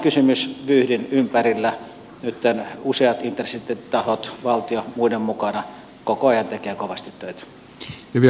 tämän kysymysvyyhdin ympärillä nyt useat intressitahot valtio muiden mukana koko ajan tekevät kovasti töitä